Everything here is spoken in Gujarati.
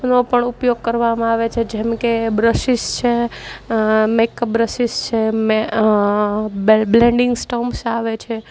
નો પણ ઉપયોગ કરવામાં આવે છે જેમકે બ્રશિસ છે મેકઅપ બ્રશિસ છે મેં બ્લેન્ડિંગ સ્ટમ્સ આવે છે